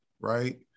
right